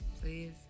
Please